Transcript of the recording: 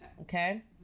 Okay